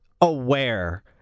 aware